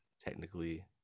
technically